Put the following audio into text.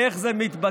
איך זה מתבצע?